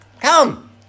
come